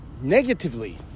negatively